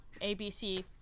ABC